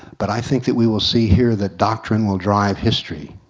but i think that we will see here that doctrine will drive history.